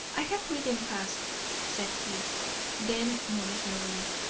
i have ridden fast said he then more slowly,